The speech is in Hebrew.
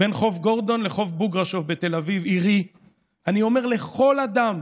ברחוב גורדון לחוף בוגרשוב בתל אביב עירי אני אומר לכל אדם: